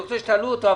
אני רוצה שתעלו אותו.